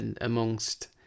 amongst